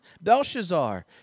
Belshazzar